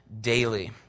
daily